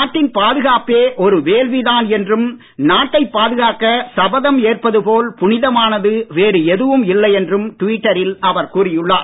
நாட்டின் பாதுகாப்பே ஒரு வேள்வி தான் என்றும் நாட்டைப் பாதுகாக்க சபதம் ஏற்பது போலப் புனிதமானது வேறு எதுவும் இல்லை என்றும் டுவிட்டரில் அவர் கூறியுள்ளார்